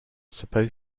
suppose